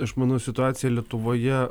aš manau situacija lietuvoje